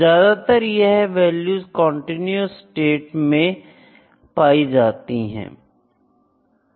ज्यादातर यह values continuous state में पाई जाती हैं